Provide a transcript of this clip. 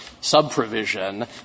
sub-provision